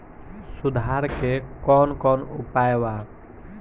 सुधार के कौन कौन उपाय वा?